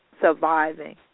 surviving